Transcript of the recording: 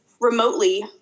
remotely